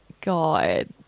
God